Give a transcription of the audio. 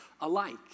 alike